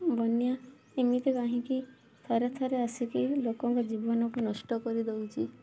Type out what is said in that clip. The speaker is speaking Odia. ବନ୍ୟା ଏମିତି କାହିଁକି ଥରେ ଥରେ ଆସିକି ଲୋକଙ୍କ ଜୀବନକୁ ନଷ୍ଟ କରିଦଉଛି